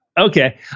okay